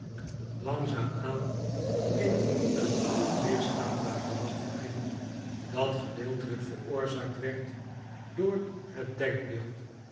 verbazing langzaam-aan in een onweerstaanbaar gelach verviel dat gedeeltelijk veroorzaakt werd door het denkbeeld